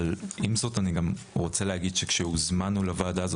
אבל עם זאת אני רוצה להגיד שכשהוזמנו לוועדה הזאת,